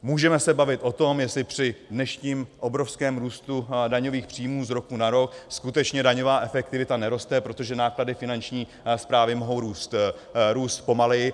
Můžeme se bavit o tom, jestli při dnešním obrovském růstu daňových příjmů z roku na rok skutečně daňová efektivita neroste, protože náklady Finanční správy mohou růst pomaleji.